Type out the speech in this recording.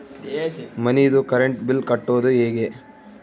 ಮನಿದು current bill ಕಟ್ಟೊದು ಹೇಗೆ?